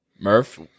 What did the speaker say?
Murph